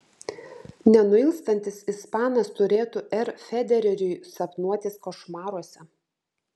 nenuilstantis ispanas turėtų r federeriui sapnuotis košmaruose